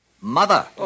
Mother